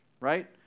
right